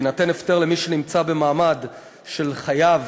יינתן הפטר למי שנמצא במעמד של חייב